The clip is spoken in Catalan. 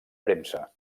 premsa